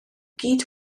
gyd